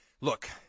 Look